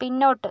പിന്നോട്ട്